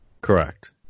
Correct